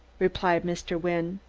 replied mr. wynne.